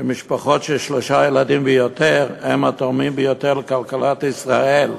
שמשפחות של שלושה ילדים ויותר הן התורמות ביותר לכלכלת ישראל.